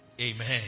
Amen